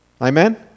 amen